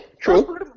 true